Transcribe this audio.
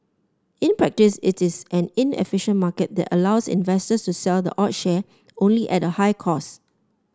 in practice it is an inefficient market that allows investors to sell the odd share only at a high cost